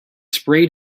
sprayed